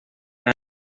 han